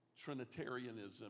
Trinitarianism